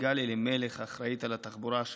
סיגל אלימלך אחראית על התחבורה,